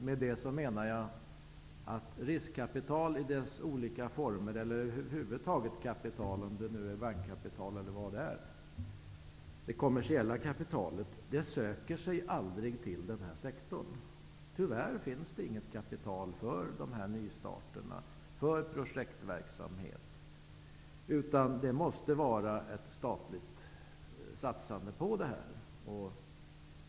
Med det menar jag att det kommersiella kapitalet, dvs. t.ex. bankkapital eller riskkapital i dess olika former, aldrig söker sig till den här sektorn. Det finns tyvärr inget kapital för nystarter eller för projektverksamhet. Det måste därför åligga staten att satsa på sådan verksamhet.